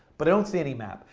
but i don't see any map.